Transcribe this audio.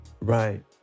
Right